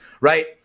right